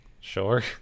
sure